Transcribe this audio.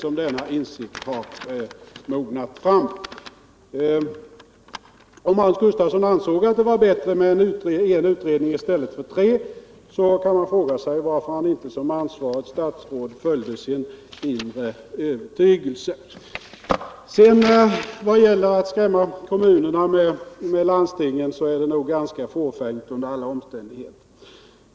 Om Hans Gustafsson ansåg att det var bättre med en utredning i stället för tre, kan man fråga sig varför han inte såsom ansvarigt statsråd följde sin inre övertygelse. Det är nog under alla omständigheter ganska fåfängt att skrämma kommunerna med landstingen.